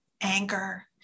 anger